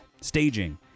staging